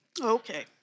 Okay